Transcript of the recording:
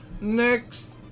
Next